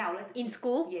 in school